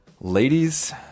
Ladies